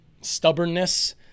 stubbornness